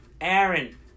Aaron